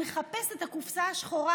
מחפש את הקופסה השחורה,